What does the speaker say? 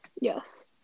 Yes